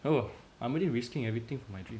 well I'm already risking everything for my dreams